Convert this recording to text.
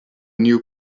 new